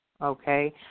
okay